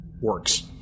works